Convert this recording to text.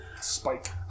spike